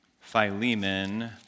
Philemon